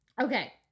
okay